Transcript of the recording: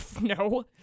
No